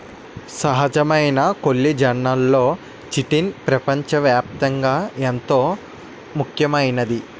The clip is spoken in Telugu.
సహజమైన కొల్లిజన్లలో చిటిన్ పెపంచ వ్యాప్తంగా ఎంతో ముఖ్యమైంది